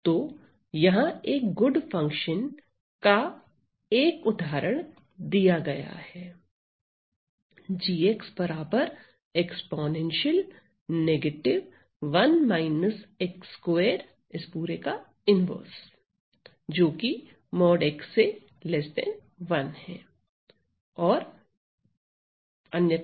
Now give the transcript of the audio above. तो यहाँ एक गुड फंक्शन का एक उदाहरण दिया गया है और 0 अन्यथा